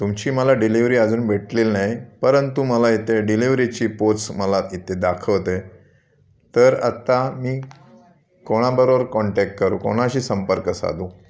तुमची मला डिलिव्हरी अजून भेटलेली नाही परंतु मला इथे डिलिव्हरीची पोच मला इथे दाखवते तर आत्ता मी कोणाबरोबर कॉन्टॅक्ट करू कोणाशी संपर्क साधू